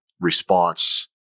response